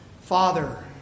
father